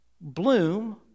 Bloom